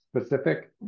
specific